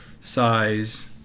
size